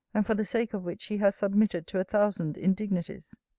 and for the sake of which he has submitted to a thousand indignities.